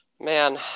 Man